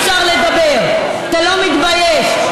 סדנה טיפולית-חינוכית.